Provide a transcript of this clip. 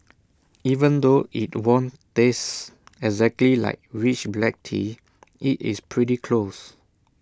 even though IT won't taste exactly like rich black tea IT is pretty close